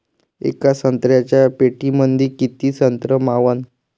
येका संत्र्याच्या पेटीमंदी किती संत्र मावन?